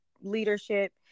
leadership